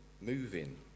moving